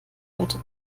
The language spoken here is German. alte